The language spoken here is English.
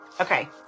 Okay